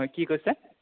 হয় কি কৈছে